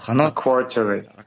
quarterly